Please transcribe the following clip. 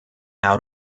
out